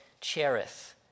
Cherith